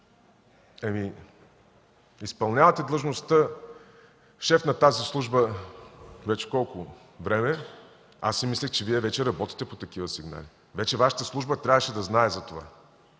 Ами, изпълнявате длъжността шеф на тази служба – вече колко време? – аз си мислех, че Вие вече работите по такива сигнали. Вашата служба вече трябваше да знае за това.